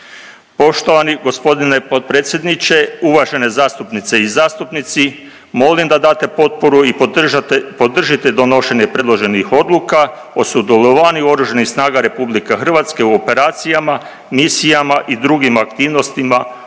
Poštovani gospodine potpredsjedniče, uvažene zastupnice i zastupnici molim da date potporu i podržate, podržite donošenje predloženih odluka o sudjelovanju oružanih snaga RH u operacijama, misijama i drugim aktivnostima